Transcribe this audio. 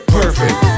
perfect